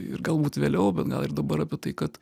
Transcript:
ir galbūt vėliau bet gal ir dabar apie tai kad